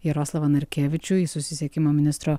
jaroslavą narkevičių į susisiekimo ministro